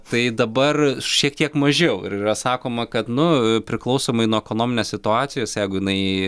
tai dabar šiek tiek mažiau ir yra sakoma kad nu priklausomai nuo ekonominės situacijos jeigu jinai